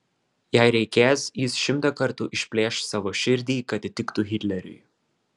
jei reikės jis šimtą kartų išplėš savo širdį kad įtiktų hitleriui